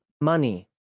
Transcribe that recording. money